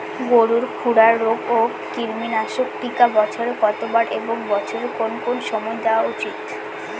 গরুর খুরা রোগ ও কৃমিনাশক টিকা বছরে কতবার এবং বছরের কোন কোন সময় দেওয়া উচিৎ?